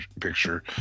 picture